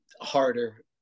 harder